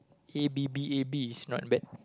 A B B A B is not bad